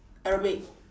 aerobic